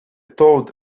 toad